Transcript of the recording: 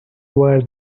where